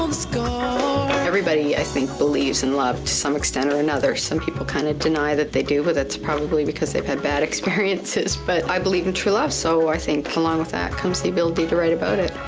um score everybody i think believes in love to some extent or another. some people kind of deny that they do, but that's probably because they've had bad experiences but i believe in true love so i think along with that comes the ability to write about it.